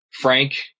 Frank